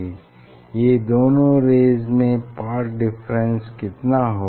इन दोनों रेज़ में path difference कितना होगा